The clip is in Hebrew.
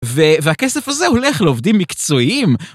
והכסף הזה הולך לעובדים מקצועיים.